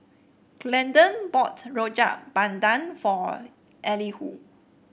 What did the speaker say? Glendon bought Rojak Bandung for Elihu